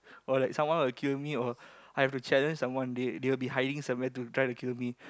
or like someone will kill me or I have to challenge someone they they will be hiding somewhere to try to kill me